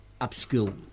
upskill